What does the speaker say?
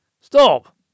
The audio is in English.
Stop